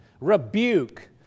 rebuke